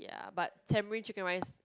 but Tamarind chicken rice